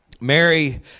Mary